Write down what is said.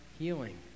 healing